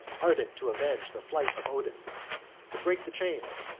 ardent to avenge the flight of odin to break the chains,